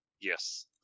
yes